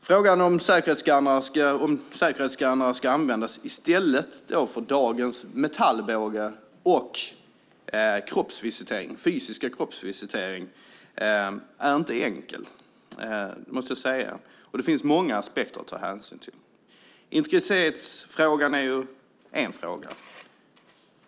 Frågan om säkerhetsskannrar ska användas i stället för dagens metallbågar och fysisk kroppsvisitering är inte enkel, det måste jag säga. Det finns många aspekter att ta hänsyn till. Integritetsfrågan är en fråga.